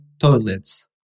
toilets